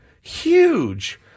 huge